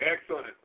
Excellent